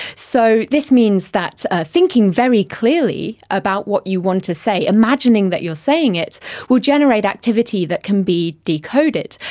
so this means that ah thinking very clearly about what you want to say, imagining that you are saying it will generate activity that can be decoded,